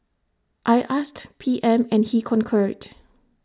I asked P M and he concurred